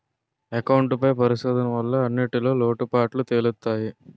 account పై పరిశోధన వల్ల అన్నింటిన్లో లోటుపాటులు తెలుత్తయి